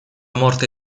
morte